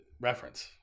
reference